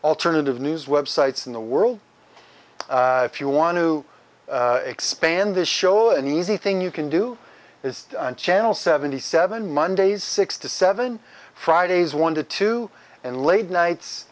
alternative news websites in the world if you want to expand this show an easy thing you can do is channel seventy seven mondays six to seven fridays one to two and late nights